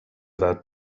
that